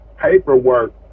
paperwork